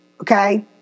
okay